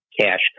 cash